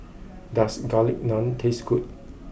does Garlic Naan taste good